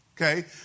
okay